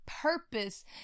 purpose